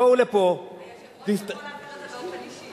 היושב-ראש יכול, באופן אישי.